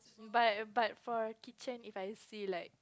but but for a kitchen if I see like